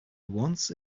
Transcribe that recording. once